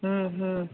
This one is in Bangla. হুম হুম